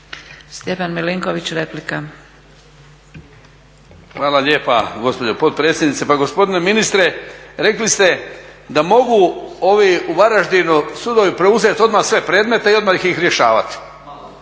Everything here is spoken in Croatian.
Stjepan (HDZ)** Hvala lijepa gospođo potpredsjednice. Pa gospodine ministre rekli ste da mogu ovi u Varaždinu sudovi preuzeti odmah sve predmete i odmah ih rješavati.